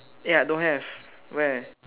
eh I don't have where